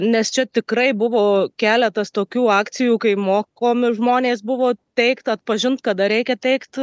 nes čia tikrai buvo keletas tokių akcijų kai mokomi žmonės buvo teikt atpažint kada reikia teikt